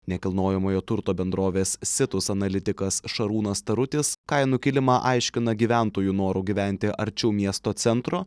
nekilnojamojo turto bendrovės situs analitikas šarūnas tarutis kainų kilimą aiškina gyventojų noru gyventi arčiau miesto centro